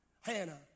Hannah